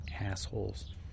assholes